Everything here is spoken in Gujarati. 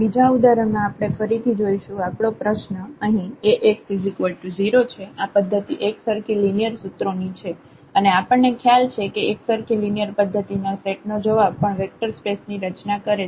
બીજા ઉદાહરણમાં આપણે ફરીથી જોશું આપનો પ્રશ્ન અહીં Ax0 છે આ પદ્ધતિ એકસરખી લિનિયર સૂત્રો ની છે અને આપણને ખ્યાલ છે કે એકસરખી લિનિયર પદ્ધતિ ના સેટ નો જવાબ પણ વેક્ટર સ્પેસ ની રચના કરે છે